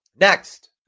Next